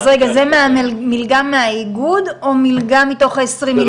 אז זו מלגה מהאיגוד, או מלגה מתוך העשרים מיליון?